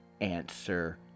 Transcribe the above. answer